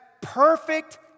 perfect